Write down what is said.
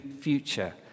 future